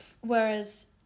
Whereas